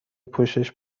پوشش